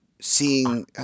seeing